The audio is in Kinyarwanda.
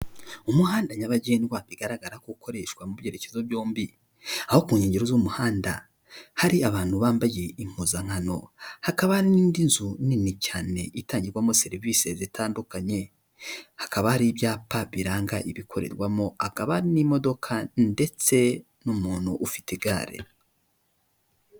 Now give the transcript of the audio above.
Umuhanda nyabagendwa bigaragara ko ukoreshwa mu byerekezo byombi aho ku nkengero z'umuhanda hari abantu bambaye impuzankano hakaba n'indi nzu nini cyane itangirwamo serivisi zitandukanye hakaba hari ibyapa biranga ibikorerwamo akaba n'imodoka ndetse n'umuntu ufite igare.